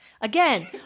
again